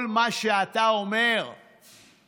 כל מה שאתה אומר זה